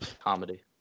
comedy